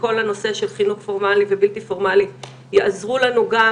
וכל הנושא של חינוך פורמלי ובלתי פורמלי יעזרו לנו גם